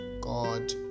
god